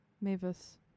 Mavis